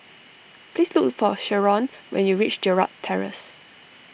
please look for Sheron when you reach Gerald Terrace